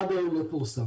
עד היום לא פורסם.